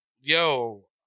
Yo